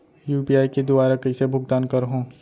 UPI के दुवारा कइसे भुगतान करहों?